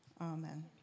Amen